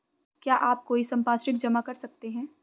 क्या आप कोई संपार्श्विक जमा कर सकते हैं?